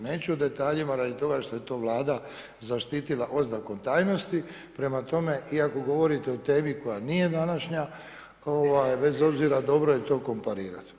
Neću o detaljima radi toga što je to Vlada zaštitila oznakom tajnosti prema tome iako govorite o temi koja nije današnja, bez obzira dobro je to komparirati.